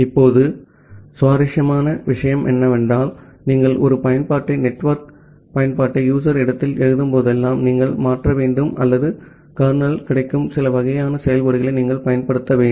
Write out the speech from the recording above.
இப்போது சுவாரஸ்யமாக என்னவென்றால் நீங்கள் ஒரு பயன்பாட்டை நெட்வொர்க் பயன்பாட்டை யூசர் இடத்தில் எழுதும்போதெல்லாம் நீங்கள் மாற்ற வேண்டும் அல்லது கர்னலில் கிடைக்கும் சில வகையான செயல்பாடுகளை நீங்கள் பயன்படுத்த வேண்டும்